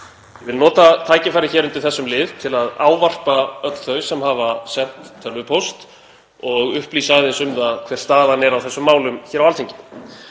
Ég vil nota tækifærið undir þessum lið til að ávarpa öll þau sem hafa sent tölvupóst og upplýsa aðeins um það hver staðan er á þessum málum hér á Alþingi.